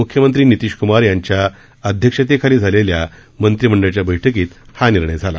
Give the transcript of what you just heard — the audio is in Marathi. मुख्यमंत्री नितीशकुमार यांच्या अध्यक्षतेखाली झालेल्या मंत्रिमंडळाच्या बैठकीत हा निर्णय झाला